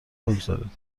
بگذارید